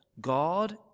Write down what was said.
God